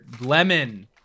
lemon